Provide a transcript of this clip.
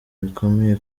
bikomeye